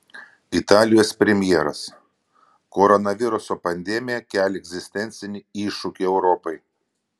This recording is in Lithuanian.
italijos premjeras koronaviruso pandemija kelia egzistencinį iššūkį europai